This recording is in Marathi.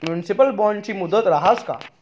म्युनिसिपल बॉन्डनी मुदत रहास का?